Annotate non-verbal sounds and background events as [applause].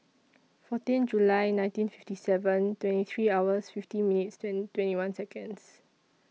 fourteen July nineteen fifty seven twenty three hours fifty minutes [unintelligible] twenty one Seconds